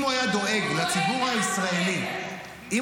אם הוא היה דואג לציבור הישראלי --- הוא דואג מעל ומעבר.